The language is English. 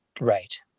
Right